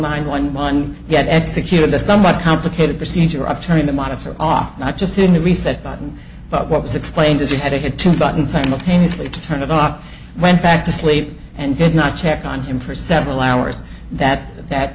nine one one yet executed the somewhat complicated procedure of turning the monitor off not just in the reset button but what was explained as he had a hit to button simultaneously to turn it off and went back to sleep and did not check on him for several hours that that